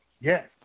Yes